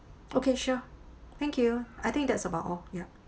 okay sure thank you I think that's about all yup